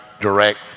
direct